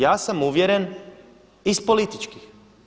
Ja sam uvjeren iz političkih.